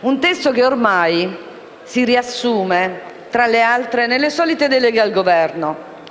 Un testo che ormai si riassume, tra le altre, nelle solite deleghe al Governo.